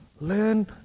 Learn